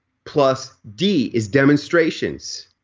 plus d is demonstrations.